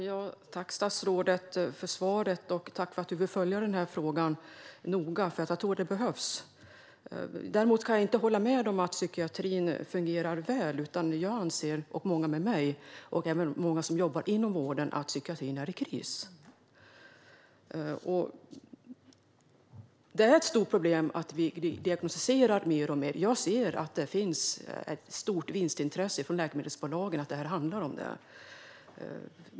Fru talman! Tack, statsrådet, för svaret, och tack för att du vill följa den här frågan noga! Jag tror att det behövs. Däremot kan jag inte hålla med om att psykiatrin fungerar väl. Jag och många med mig - också många som jobbar inom vården - anser att psykiatrin är i kris. Det är ett stort problem att vi diagnostiserar mer och mer. Jag ser att det finns ett stort vinstintresse hos läkemedelsbolagen, och det är detta som det handlar om.